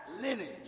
lineage